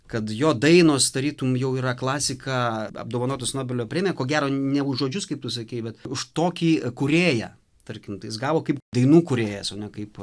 kad jo dainos tarytum jau yra klasika apdovanotos nobelio premija ko gero ne už žodžius kaip tu sakei bet už tokį kūrėją tarkim tai jis gavo kaip dainų kūrėjas o ne kaip